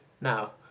Now